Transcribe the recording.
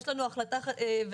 יש לרשותך שלוש דקות.